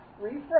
refresh